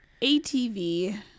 ATV